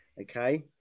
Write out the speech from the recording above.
Okay